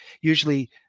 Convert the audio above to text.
usually